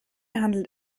handelt